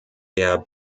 der